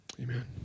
amen